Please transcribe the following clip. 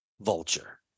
vulture